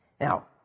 Now